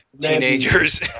teenagers